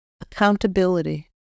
Accountability